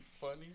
funny